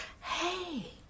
Hey